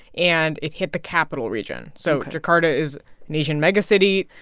and it hit the capital region. so jakarta is an asian megacity,